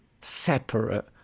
separate